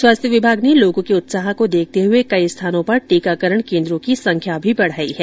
स्वास्थ्य विभाग ने लोगों के उत्साह को देखते हुए कई स्थानों पर टीकाकरण केन्द्रों की संख्या बढ़ाई है